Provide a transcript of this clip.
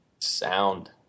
sound